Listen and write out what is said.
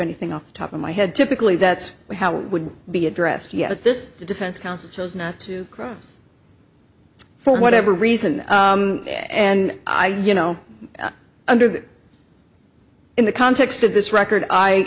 anything off the top of my head typically that's how would be addressed yet this defense counsel chose not to cross for whatever reason and i you know under that in the context of this record